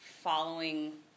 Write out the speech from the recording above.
following